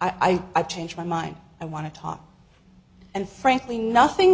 i've changed my mind i want to talk and frankly nothing